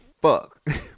fuck